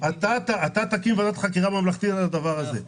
אתה תקים ועדת חקירה ממלכתית על הדבר הזה.